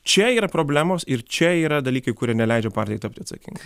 čia yra problemos ir čia yra dalykai kurie neleidžia partijai tapti atsakingai